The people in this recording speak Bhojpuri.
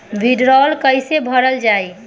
भीडरौल कैसे भरल जाइ?